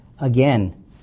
Again